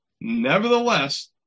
Nevertheless